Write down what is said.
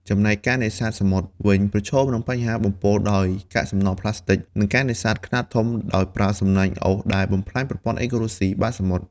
ចំណែកការនេសាទសមុទ្រវិញ ប្រឈមនឹងបញ្ហាបំពុលដោយកាកសំណល់ប្លាស្ទិក និងការនេសាទខ្នាតធំដោយប្រើសំណាញ់អូសដែលបំផ្លាញប្រព័ន្ធអេកូឡូស៊ីបាតសមុទ្រ។